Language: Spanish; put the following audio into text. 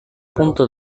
punto